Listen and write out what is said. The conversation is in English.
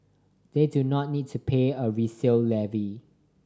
they do not need to pay a resale levy